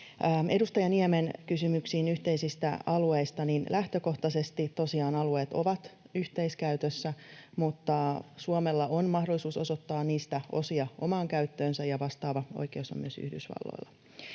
Edustaja Niemen kysymyksiin yhteisistä alueista: lähtökohtaisesti tosiaan alueet ovat yhteiskäytössä, mutta Suomella on mahdollisuus osoittaa niistä osia omaan käyttöönsä ja vastaava oikeus on myös Yhdysvalloilla.